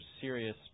serious